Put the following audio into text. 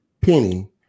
penny